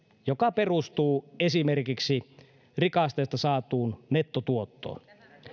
joka perustuu esimerkiksi rikasteesta saatuun nettotuottoon